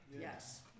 Yes